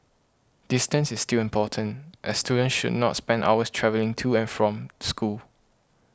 distance is still important as students should not spend hours travelling to and from school